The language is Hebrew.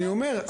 אני אומר,